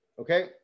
okay